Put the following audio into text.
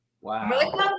wow